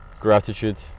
Gratitude